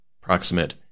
proximate